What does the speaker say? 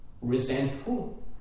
resentful